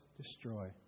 destroy